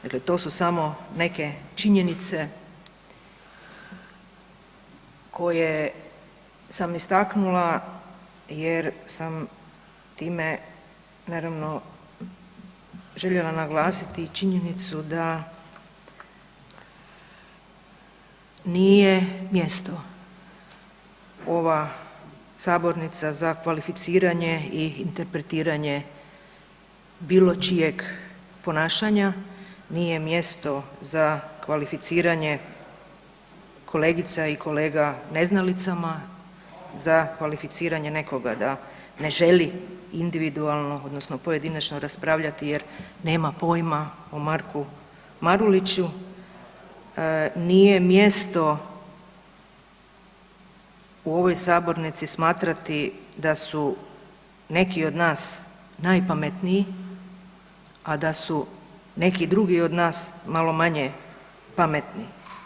Dakle, to su samo neke činjenice koje sam istaknula jer sam time naravno željela naglasiti i činjenicu da nije mjesto ova sabornica za kvalificiranje i interpretiranje bilo čijeg ponašanja nije mjesto za kvalificiranje kolegica i kolega neznalicama, za kvalificiranje nekoga da ne želi individualno odnosno pojedinačno raspravljati jer nema poima o Marku Maruliću nije mjesto u ovoj sabornici smatrati da su neki od nas najpametniji, a da su neki drugi od nas malo manje pametni.